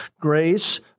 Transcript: grace